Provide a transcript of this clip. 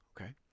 Okay